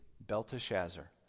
Belteshazzar